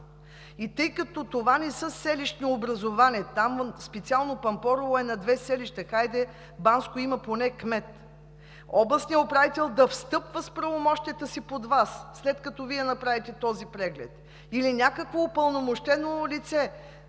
Тъй като това не са селищни образувания, специално Пампорово е на две селища, хайде Банско има поне кмет, областният управител да встъпва с правомощията си под Вас, след като Вие направите този преглед, или някакво упълномощено лице!